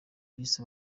yise